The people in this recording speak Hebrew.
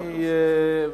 אמרתי.